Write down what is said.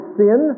sin